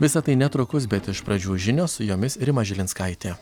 visa tai netrukus bet iš pradžių žinios su jomis rima žilinskaitė